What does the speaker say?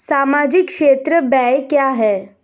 सामाजिक क्षेत्र व्यय क्या है?